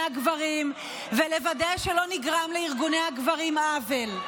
הגברים ולוודא שלא נגרם לארגוני הגברים עוול,